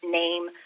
name